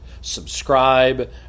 subscribe